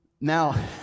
Now